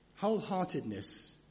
Wholeheartedness